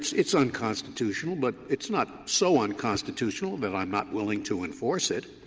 it's unconstitutional, but it's not so unconstitutional that i'm not willing to enforce it,